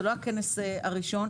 זה לא הכנס הראשון,